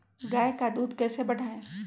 गाय का दूध कैसे बढ़ाये?